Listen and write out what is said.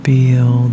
Feel